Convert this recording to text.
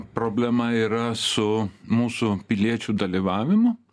problema yra su mūsų piliečių dalyvavimu